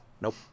Nope